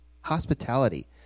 hospitality